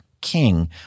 king